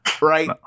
right